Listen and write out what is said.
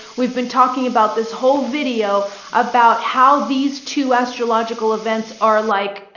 we've been talking about this whole video about how these two astrological events are like,